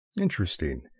Interesting